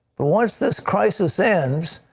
once this crisis ends,